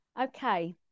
Okay